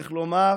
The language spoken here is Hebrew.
צריך לומר